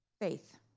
faith